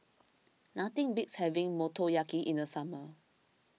nothing beats having Motoyaki in the summer